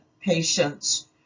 patients